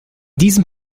diesem